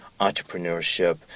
entrepreneurship